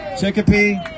Chicopee